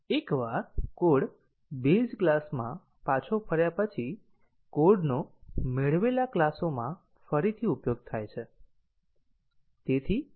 એકવાર code base ક્લાસમાં પાછો ફર્યા પછી કોડનો મેળવેલા ક્લાસોમાં ફરીથી ઉપયોગ થાય છે